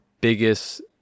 biggest